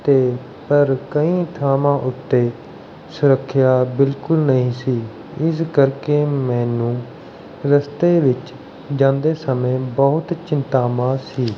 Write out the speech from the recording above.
ਅਤੇ ਪਰ ਕਈ ਥਾਵਾਂ ਉੱਤੇ ਸੁਰੱਖਿਆ ਬਿਲਕੁਲ ਨਹੀਂ ਸੀ ਇਸ ਕਰਕੇ ਮੈਨੂੰ ਰਸਤੇ ਵਿੱਚ ਜਾਂਦੇ ਸਮੇਂ ਬਹੁਤ ਚਿੰਤਾਵਾਂ ਸੀ